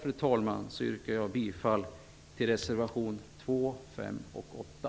Med detta yrkar jag bifall till reservationerna 2, 5 och 8.